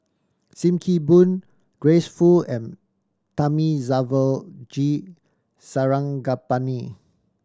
Sim Kee Boon Grace Fu and Thamizhavel G Sarangapani